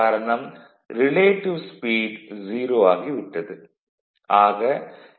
காரணம் relative speed 0 ஆகிவிட்டது